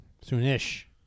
Soon-ish